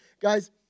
Guys